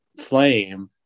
flame